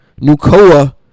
Nukoa